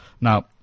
Now